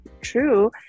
true